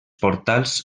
portals